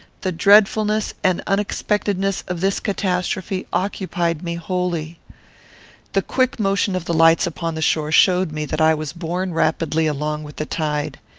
the dreadfulness and unexpectedness of this catastrophe occupied me wholly the quick motion of the lights upon the shore showed me that i was borne rapidly along with the tide.